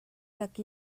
tak